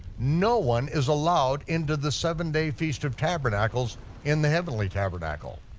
no one is allowed into the seven day feast of tabernacles in the heavenly tabernacle.